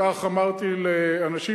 כך אמרתי לאנשים,